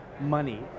money